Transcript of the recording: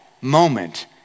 moment